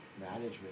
management